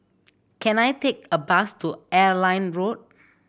can I take a bus to Airline Road